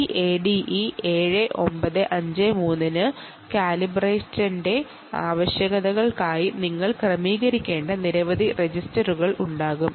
ഈ ADE 7953 ന് കാലിബ്രേഷന്റെ ആവശ്യകതകൾക്കായി നിങ്ങൾ ക്രമീകരിക്കേണ്ട നിരവധി രജിസ്റ്ററുകൾ ഉണ്ടാകും